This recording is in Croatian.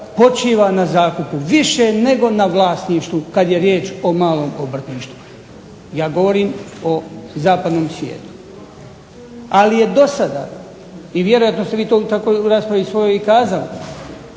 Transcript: počiva na zakupu, više nego na vlasništvu kada je riječ o malom obrtništvu. Ja govorim o zapadnom svijetu, ali je do sada i vjerojatno ste vi tako u svojoj raspravi i kazali,